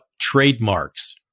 trademarks